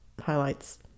highlights